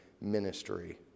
ministry